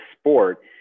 sport